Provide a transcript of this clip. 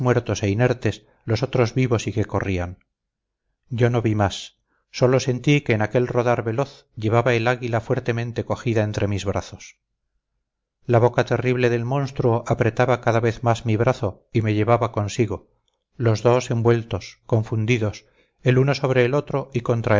los otros vivos y que corrían yo no vi más sólo sentí que en aquel rodar veloz llevaba el águila fuertemente cogida entre mis brazos la boca terrible del monstruo apretaba cada vez más mi brazo y me llevaba consigo los dos envueltos confundidos el uno sobre el otro y contra